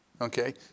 Okay